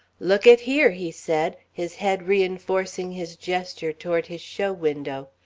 look at here, he said, his head reenforcing his gesture toward his show window,